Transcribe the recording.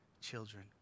children